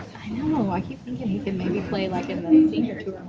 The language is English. i know. i keep thinking he could maybe play, like, in the senior tour